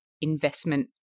investment